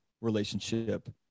relationship